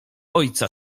ojca